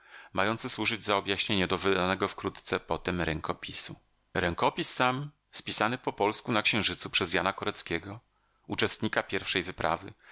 mający służyć za objaśnienie do wydanego wkrótce potem rękopisu rękopis sam spisany po polsku na księżycu przez jana koreckiego uczestnika pierwszej wyprawy